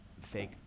fake